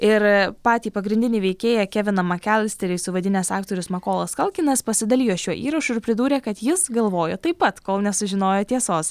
ir patį pagrindinį veikėją keviną makelsterį suvaidinęs aktorius makolas kalkinas pasidalijo šiuo įrašu ir pridūrė kad jis galvojo taip pat kol nesužinojo tiesos